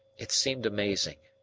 it seemed amazing.